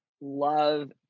love